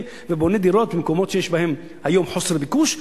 ובונה דירות במקומות שיש בהם היום חוסר ביקוש,